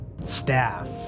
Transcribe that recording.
staff